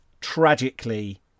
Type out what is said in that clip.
tragically